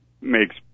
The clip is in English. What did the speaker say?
makes